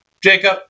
Jacob